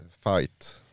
fight